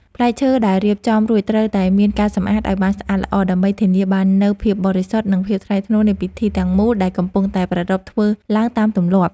ផ្លែឈើដែលរៀបចំរួចត្រូវតែមានការសម្អាតឱ្យបានស្អាតល្អដើម្បីធានាបាននូវភាពបរិសុទ្ធ និង ភាពថ្លៃថ្នូរនៃពិធីទាំងមូលដែលកំពុងតែប្រារព្ធធ្វើឡើងតាមទម្លាប់។